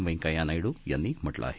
व्यंकैय्या नायडू यांनी म्हटलं आहे